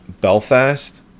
Belfast